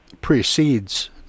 precedes